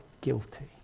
guilty